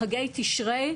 חגי תשרי,